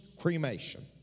cremation